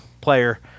player